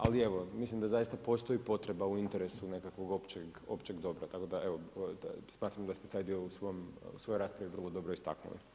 Ali evo, mislim da zaista postoji potreba u interesu nekakvog općeg dobra, tako da evo smatram da smo taj dio u svojoj raspravi vrlo dobro istaknuli.